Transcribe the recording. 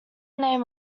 name